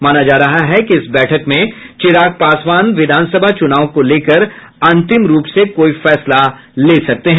माना जा रहा है कि इस बैठक में चिराग पासवान विधानसभा चुनाव को लेकर अंतिम रूप से कोई फैसला ले सकते हैं